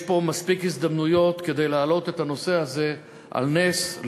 יש פה מספיק הזדמנויות להעלות את הנושא הזה על נס,